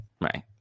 Right